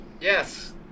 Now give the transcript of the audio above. Yes